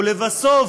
ולבסוף,